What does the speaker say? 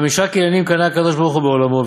חמישה קניינים קנה לו הקדוש-ברוך-הוא בעולמו,